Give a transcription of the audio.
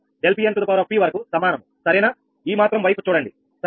∆𝑃n వరకు సమానము సరేనా ఈ మాత్రం వైపు చూడండి సరేనా